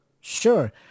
Sure